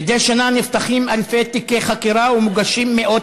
מדי שנה נפתחים אלפי תיקי חקירה ומוגשים מאות